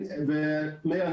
ומאיר,